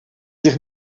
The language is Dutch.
zich